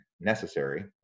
necessary